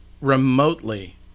remotely